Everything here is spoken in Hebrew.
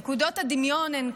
נקודות הדמיון הן,